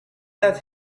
let